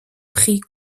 prix